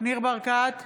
ניר ברקת,